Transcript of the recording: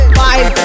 five